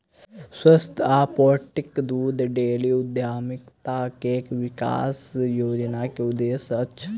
स्वच्छ आ पौष्टिक दूध डेयरी उद्यमिता विकास योजना के उद्देश्य अछि